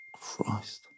Christ